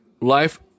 Life